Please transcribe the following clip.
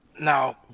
Now